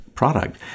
Product